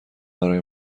برای